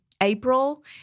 April